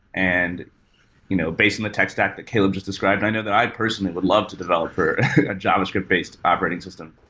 and you know based on the text stack that caleb just described, i know that i personally would love to develop for a javascript-based operating system.